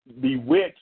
bewitched